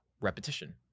Repetition